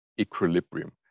equilibrium